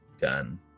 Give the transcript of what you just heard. gun